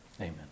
Amen